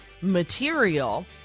material